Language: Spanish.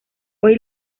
hoy